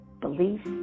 beliefs